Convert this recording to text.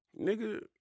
nigga